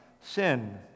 sin